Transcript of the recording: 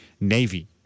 Navy